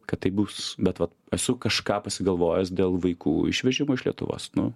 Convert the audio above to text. kad taip bus bet vat esu kažką pasigalvojęs dėl vaikų išvežimo iš lietuvos nu